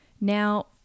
Now